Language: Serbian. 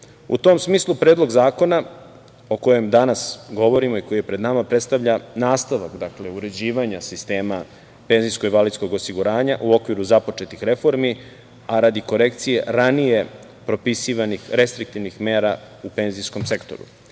tom smislu Predlog zakona o kojem danas govorimo i koji je pred nama predstavlja nastavak uređivanja sistema PIO u okviru započetih reformi, a radi korekcije ranije propisivanih restriktivnih mera u penzijskom sektoru. Jedno